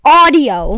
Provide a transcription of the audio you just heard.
audio